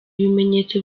ibimenyetso